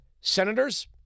senators